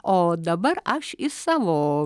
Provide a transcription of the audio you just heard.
o dabar aš iš savo